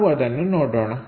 ನಾವು ಅದನ್ನು ನೋಡೋಣ